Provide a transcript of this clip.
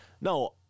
no